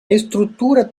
estrutura